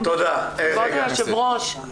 כבוד היושב-ראש,